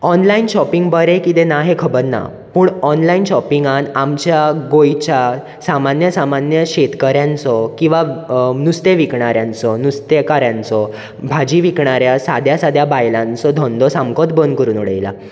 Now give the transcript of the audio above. online shopping बरें कितें ना हें खबर ना पूण ऑनलायन शॉपींगान आमच्या गोंयच्या सामान्य सामान्य शेतकऱ्यांचो किंवां नुस्तें विकणाऱ्यांचो नुस्तेकाऱ्यांचो भाजी विकणाऱ्यां साद्या साद्या बायलांचो धंदो सामकोच बंद करूंन उडयलां